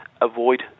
avoid